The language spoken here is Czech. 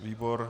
Výbor?